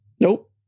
nope